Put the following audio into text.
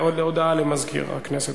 הודעה למזכיר הכנסת.